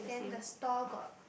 then the store got